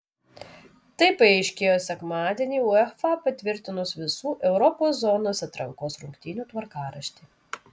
tai paaiškėjo sekmadienį uefa patvirtinus visų europos zonos atrankos rungtynių tvarkaraštį